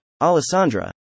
Alessandra